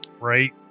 Right